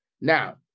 Now